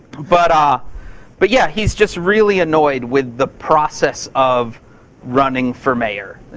but ah but yeah. he's just really annoyed with the process of running for mayor.